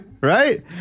Right